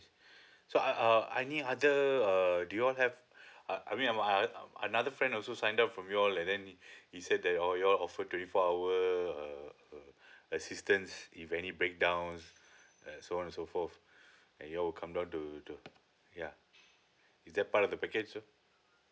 so I uh any other uh do you all have uh I mean am I uh another friend also sign up from y'all and then he said that y'all y'all offer twenty four hour uh uh assistants if any break down and so on and so forth and y'all will come down to the yeah is that part of the package itself